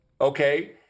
Okay